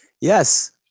yes